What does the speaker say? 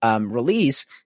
Release